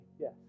Yes